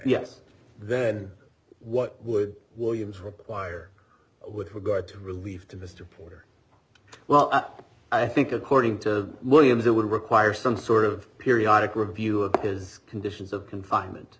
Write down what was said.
yes then what would williams require with regard to relief to mr porter well i think according to millions it would require some sort of periodic review of his conditions of confinement